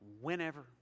whenever